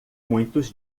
muitos